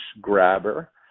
grabber